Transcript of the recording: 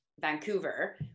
Vancouver